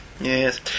yes